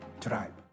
tribe